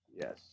Yes